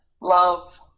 love